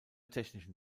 technischen